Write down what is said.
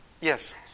Yes